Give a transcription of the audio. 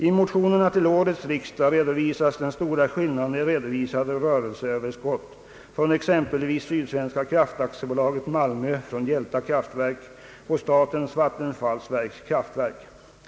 I motionerna till årets riksdag framhålls den stora skillnaden i redovisade rörelseöverskott från exempelvis Sydsvenska Kraft AB, Malmö, från Hjälta kraftverk och från statens vattenfallsverks kraftverk.